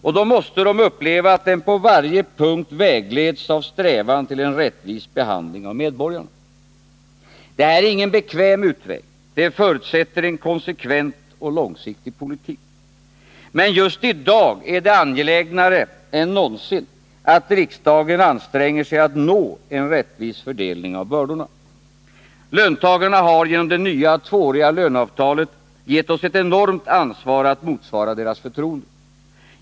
Och då måste de uppleva att den på varje punkt vägleds av strävan till en rättvis behandling av medborgarna. Det är ingen bekväm utväg — det förutsätter en konsekvent och långsiktig politik. Men just i dag är det angelägnare än någonsin att riksdagen anstränger sig att nå en rättvis fördelning av bördorna. Löntagarna har genom det nya tvååriga löneavtalet gett oss ett enormt ansvar att motsvara deras förtroende.